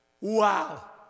Wow